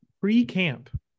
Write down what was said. pre-camp